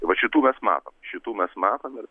vat šitų mes matom šitų mes matom ir